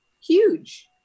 huge